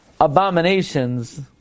abominations